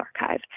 archive